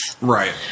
Right